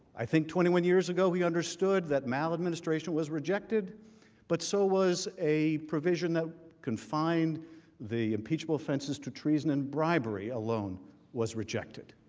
i think twenty one years ago he understood that maladministration was rejected but so was a provision that can find the and offenses to treason and bribery alone was rejected.